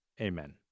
Amen